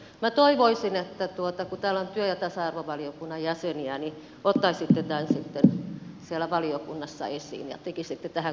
minä toivoisin kun täällä on työ ja tasa arvovaliokunnan jäseniä että ottaisitte tämän sitten siellä valiokunnassa esiin ja tekisitte tähän kohtaan muutoksen